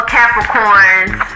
Capricorns